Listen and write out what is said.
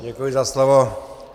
Děkuji za slovo.